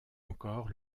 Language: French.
encore